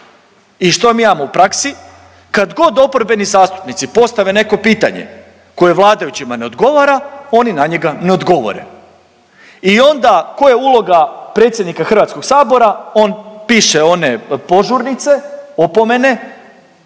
i što mi imamo u praksi? Kad god oporbeni zastupnici postave neko pitanje, koje vladajućima ne odgovara, oni na njega ne odgovore. I onda, koja je uloga predsjednika HS-a? On piše one požurnice, opomene